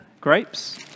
grapes